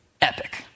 epic